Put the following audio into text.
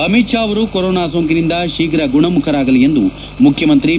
ಅಮಿತ್ ಶಾ ಅವರು ಕೊರೊನಾ ಸೋಂಕಿನಿಂದ ಶೀಘ ಗುಣಮುಖರಾಗಲಿ ಎಂದು ಮುಖ್ಯಮಂತ್ರಿ ಬಿ